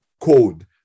code